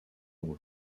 rôle